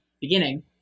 beginning